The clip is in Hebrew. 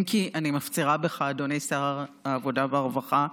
אם כי אני מפצירה בך, אדוני שר העבודה והרווחה,